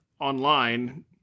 online